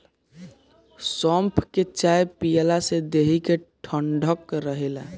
सौंफ के चाय पियला से देहि में ठंडक रहेला